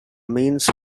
means